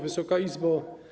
Wysoka Izbo!